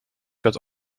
tot